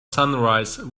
sunrise